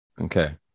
Okay